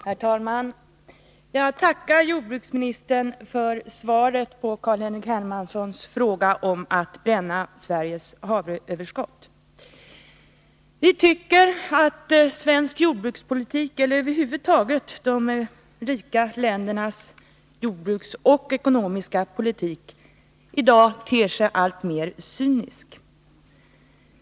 Herr talman! Jag tackar jordbruksministern för svaret på Carl-Henrik Hermanssons fråga om att bränna Sveriges havreöverskott. Vi tycker att Sveriges och andra rika länders jordbrukspolitik och ekonomiska politik i dag ter sig alltmer cynisk.